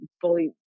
fully